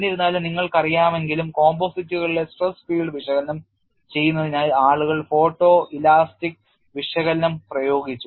എന്നിരുന്നാലും നിങ്ങൾക്കറിയാമെങ്കിലും composite കളിലെ സ്ട്രെസ് ഫീൽഡ് വിശകലനം ചെയ്യുന്നതിനായി ആളുകൾ ഫോട്ടോഇലാസ്റ്റിക് വിശകലനം ഉപയോഗിച്ചു